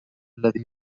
الذي